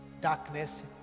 darkness